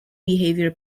behavior